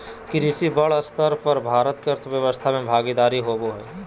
कृषि बड़ स्तर पर भारत के अर्थव्यवस्था में भागीदारी होबो हइ